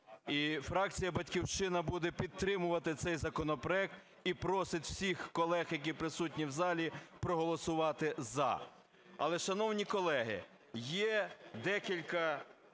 фракція "Батьківщина" буде підтримувати цей законопроект і просить всіх колег, які присутні в залі, проголосувати "за". Але, шановні колеги, є декілька